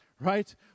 right